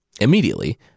Immediately